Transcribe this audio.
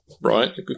right